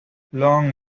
long